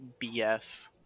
BS